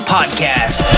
Podcast